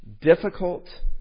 difficult